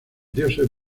dioses